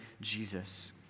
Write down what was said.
Jesus